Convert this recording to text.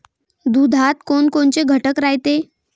दुधात कोनकोनचे घटक रायते?